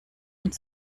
und